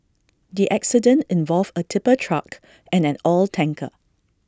the accident involved A tipper truck and an oil tanker